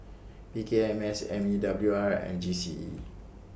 P K M S M E W R and G C E